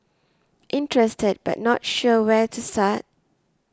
interested but not sure where to start